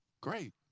Great